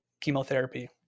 chemotherapy